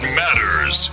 matters